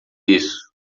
isso